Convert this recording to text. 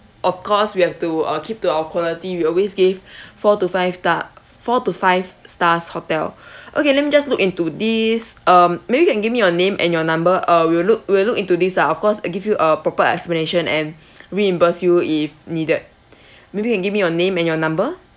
of course we have to uh keep to our quality we always gave four to five star four to five stars hotel okay let me just look into this um maybe can give me your name and your number uh we will look we'll look into this ah of course and give you a proper explanation and reimburse you if needed maybe can give me your name and your number